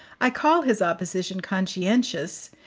i call his opposition conscientious,